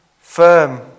firm